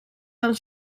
del